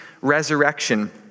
resurrection